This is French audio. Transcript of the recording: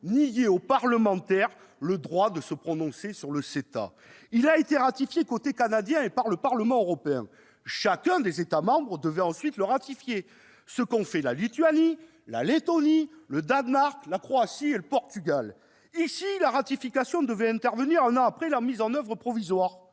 nier aux parlementaires le droit de se prononcer sur le CETA ? Ce traité a été ratifié du côté canadien et par le Parlement européen. Chacun des États membres devait ensuite le ratifier, ce qu'ont fait la Lituanie, la Lettonie, le Danemark, la Croatie et le Portugal. En France, la ratification devait intervenir un an après la mise en oeuvre provisoire.